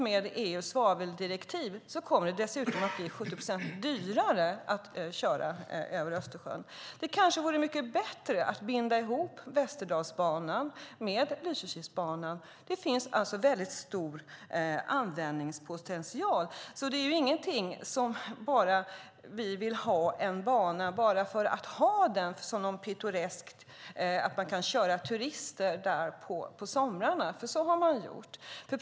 Med EU:s svaveldirektiv kommer det dessutom att bli 70 procent dyrare att köra över Östersjön. Det kanske vore mycket bättre att binda ihop Västerdalsbanan med Lysekilsbanan. Det finns alltså stor användningspotential; det är inte så att vi bara vill ha en bana som något pittoreskt där man kan köra turister på somrarna. Så har man nämligen gjort.